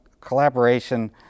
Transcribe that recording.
collaboration